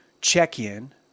check-in